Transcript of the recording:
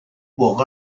pour